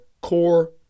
core